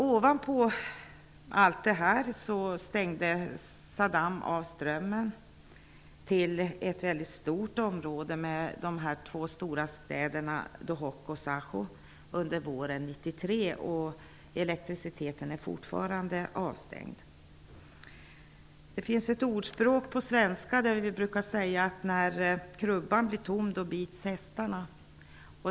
Ovanpå allt detta stängde Saddam under våren 1993 av strömmen till ett väldigt stort område där de två stora städerna Duhok och Zaho är belägna. Elektriciteten är fortfarande avstängd. Det finns ett svenskt ordspråk som säger att när krubban blir tom, då bits hästarna.